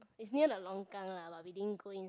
it's near the longkang lah but we didn't go inside